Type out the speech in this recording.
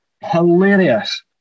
hilarious